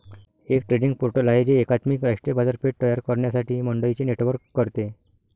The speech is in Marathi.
एक ट्रेडिंग पोर्टल आहे जे एकात्मिक राष्ट्रीय बाजारपेठ तयार करण्यासाठी मंडईंचे नेटवर्क करते